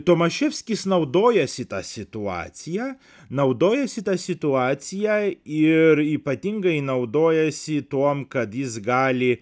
tomaševskis naudojasi ta situacija naudojasi tą situaciją ir ypatingai naudojasi tuom kad jis gali